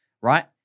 Right